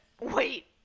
Wait